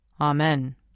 Amen